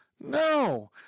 No